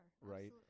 Right